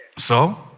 so,